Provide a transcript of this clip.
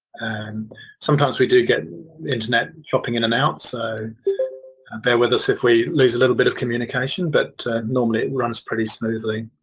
um sometimes we do get internet dropping in and out so bear with us if we lose a little bit communication, but normally it runs pretty smoothly.